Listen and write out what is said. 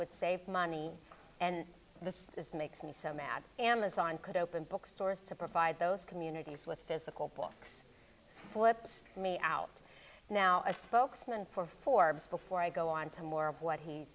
would save money and this is makes me so mad amazon could open bookstores to provide those communities with physical books flips me out now a spokesman for forbes before i go on to more of what he